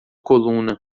coluna